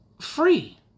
Free